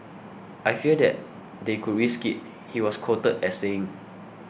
I fear that they could risk it he was quoted as saying